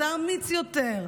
ואתה אמיץ יותר.